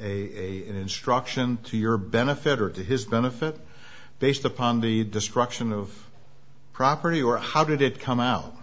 is a instruction to your benefit or to his benefit based upon the destruction of property or how did it come out